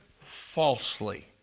falsely